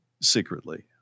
secretly